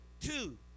two